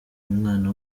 umwana